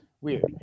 Weird